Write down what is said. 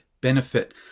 benefit